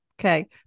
Okay